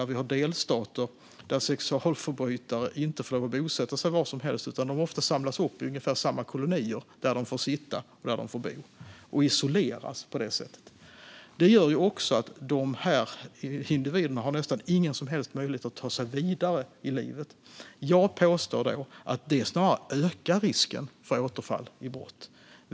Där finns delstater där sexualförbrytare inte får lov att bosätta sig var som helst, utan de samlas ofta ihop i ungefär samma kolonier där de får bo. På det sättet isoleras de. Det gör att dessa individer nästan inte har någon möjlighet att ta sig vidare i livet. Jag påstår att detta snarare ökar risken för återfall i brott.